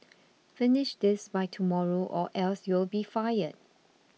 finish this by tomorrow or else you will be fired